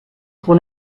pour